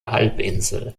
halbinsel